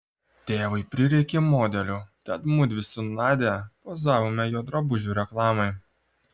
tėvui prireikė modelių tad mudvi su nadia pozavome jo drabužių reklamai